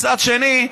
מצד שני,